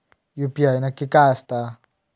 UPI नक्की काय आसता?